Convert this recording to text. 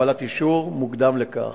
או בקבלת אישור מוקדם לכך.